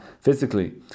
physically